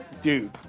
Dude